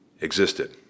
existed